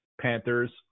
Panthers